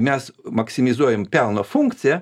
mes maksimizuojam pelno funkciją